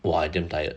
oh I damn tired